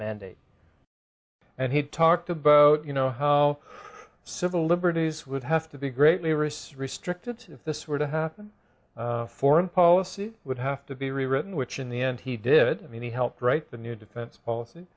mandate and he talked about you know how civil liberties would have to be greatly wrists restricted if this were to happen foreign policy would have to be rewritten which in the end he did i mean he helped write the new defense